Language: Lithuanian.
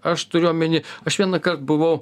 aš turiu omeny aš vienąkart buvau